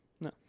no